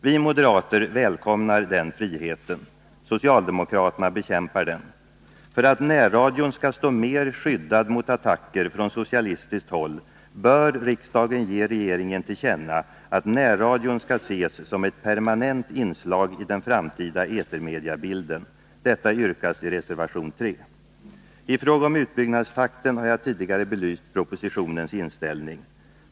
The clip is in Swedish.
Vi moderater välkomnar den friheten. Socialdemokraterna bekämpar den. För att närradion skall stå mer skyddad mot attacker från socialistiskt håll bör riksdagen ge regeringen till känna att närradion skall ses som ett permanent inslag i den framtida etermediabilden. Detta yrkas i reservation 3: I fråga om utbyggnadstakten har jag tidigare belyst propositionens inställning.